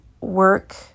work